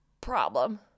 Problem